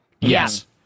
yes